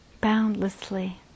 boundlessly